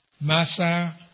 Massa